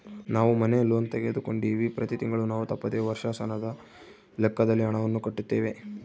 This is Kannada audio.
ನಾವು ಮನೆ ಲೋನ್ ತೆಗೆದುಕೊಂಡಿವ್ವಿ, ಪ್ರತಿ ತಿಂಗಳು ನಾವು ತಪ್ಪದೆ ವರ್ಷಾಶನದ ಲೆಕ್ಕದಲ್ಲಿ ಹಣವನ್ನು ಕಟ್ಟುತ್ತೇವೆ